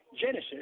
Genesis